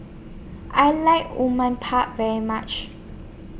I like very much